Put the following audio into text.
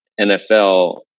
NFL